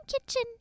kitchen